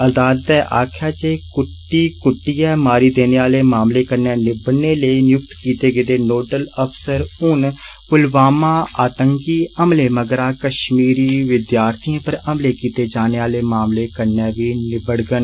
अदालतै आक्खेआ जे कुट्ट कुट्टीये मारी देने आले मामले कन्नै निबडने लेई नियुक्त कीते गेदे नोडल अफसर हुन पुलवामा आतंकी हमले मगरा कष्मीरी विद्यार्थियें पर हमले कीते जाने आले मामले कन्नै बी निबड़गन